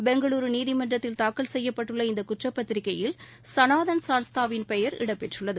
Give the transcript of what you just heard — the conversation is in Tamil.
பெங்களூரு நீதிமன்றத்தில் தாக்கல் செய்யப்பட்டுள்ள இந்த குற்றப்பத்திரிகையில் சனாதன் சான்ஸ்தாவின் பெயர் இடம்பெற்றுள்ளது